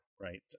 right